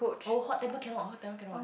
oh hot tempered cannot